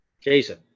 Jason